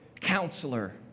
counselor